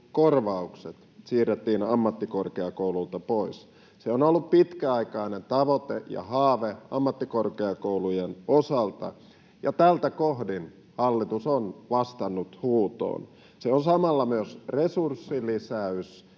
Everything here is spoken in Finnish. harjoittelukorvaukset siirrettiin ammattikorkeakouluilta pois. Se on ollut pitkäaikainen tavoite ja haave ammattikorkeakoulujen osalta, ja tältä kohdin hallitus on vastannut huutoon. Se on samalla myös resurssilisäys